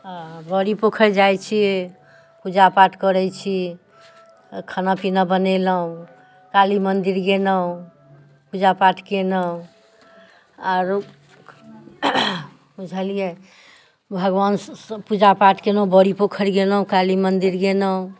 बड़ी पोखरि जाइत छियै पूजा पाठ करैत छी खाना पीना बनेलहुँ काली मंदिर गेलहुँ पूजा पाठ कयलहुँ आरो बुझलियै भगवानके पूजा पाठ कयलहुँ बड़ी पोखरि गेलहुँ काली मंदिर गेलहुँ